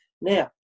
Now